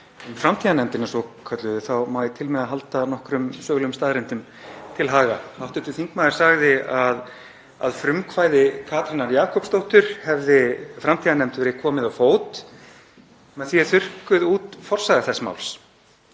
um framtíðarnefndina svokölluðu þá má ég til með að halda nokkrum sögulegum staðreyndum til haga. Hv. þingmaður sagði að að frumkvæði Katrínar Jakobsdóttur hefði framtíðarnefnd verið komið á fót. Með því er þurrkuð út forsaga þess máls.